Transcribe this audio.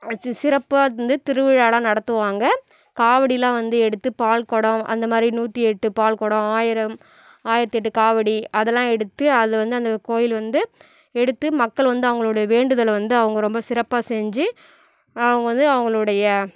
சிறப்பாக வந்து திருவிழாவெல்லாம் நடத்துவாங்க காவடியெல்லாம் வந்து எடுத்து பால்குடம் அந்தமாதிரி நூற்றி எட்டு பால்குடம் ஆயிரம் ஆயிரத்து எட்டு காவடி அதெல்லாம் எடுத்து அதில் வந்து அந்த கோயில் வந்து எடுத்து மக்கள் வந்து அவங்களுடைய வேண்டுதலை வந்து அவங்க ரொம்ப சிறப்பாக செஞ்சு அவங்க வந்து அவங்களுடைய